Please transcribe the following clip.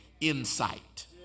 insight